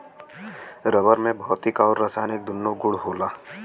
rubber में भौतिक आउर रासायनिक दून्नो गुण होला